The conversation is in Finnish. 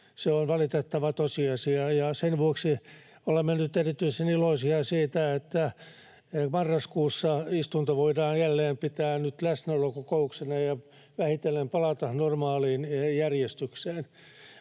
Se on valitettava tosiasia, ja sen vuoksi olemme nyt erityisen iloisia siitä, että marraskuussa istunto voidaan jälleen pitää läsnäolokokouksena ja vähitellen palata normaaliin järjestykseen.